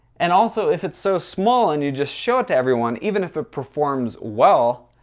and also, if it's so small, and you just show it to everyone, even if it performs well.